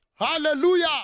Hallelujah